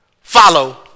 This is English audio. follow